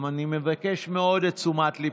אני מבקש מאוד את תשומת ליבכם.